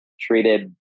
treated